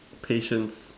patience